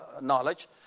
knowledge